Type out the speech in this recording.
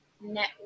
net